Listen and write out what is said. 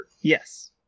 Yes